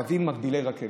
קווים מקבילי רכבת.